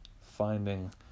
finding